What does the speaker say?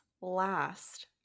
last